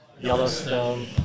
Yellowstone